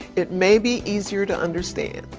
it may be easier to understand.